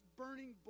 burning